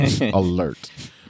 Alert